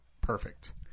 Perfect